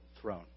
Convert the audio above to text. throne